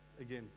again